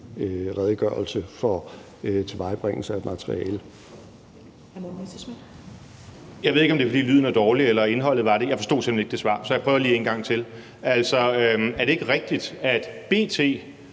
redegørelse for tilvejebringelse af materialet.